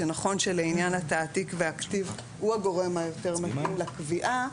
שנכון שלעניין התעתיק והכתיב הוא הגורם היותר מתאים לקביעה,